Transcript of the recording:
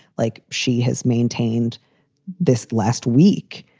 like she has maintained this last week.